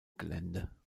gelände